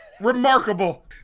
Remarkable